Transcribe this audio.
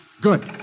Good